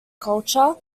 culture